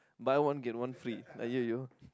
buy one get one free !aiyoyo!